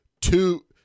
two